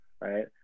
right